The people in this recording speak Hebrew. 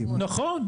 נכון.